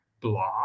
blah